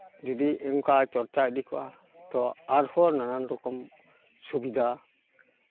ᱡᱩᱫᱤ ᱚᱱᱠᱟ ᱪᱚᱨᱪᱟ ᱤᱫᱤ ᱠᱚᱜᱼᱟ ᱛᱚ ᱟᱨᱦᱚᱸ ᱱᱟᱱᱟᱱ ᱨᱚᱠᱚᱢ ᱥᱩᱵᱤᱫᱷᱟ